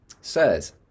sirs